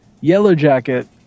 Yellowjacket